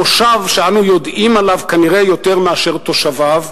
המושב שאנו יודעים עליו כנראה יותר מאשר תושביו,